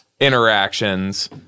interactions